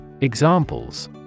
Examples